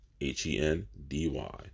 H-E-N-D-Y